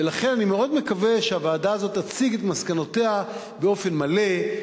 ולכן אני מאוד מקווה שהוועדה הזאת תציג את מסקנותיה באופן מלא,